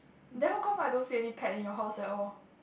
then how come I don't see any pet in your house at all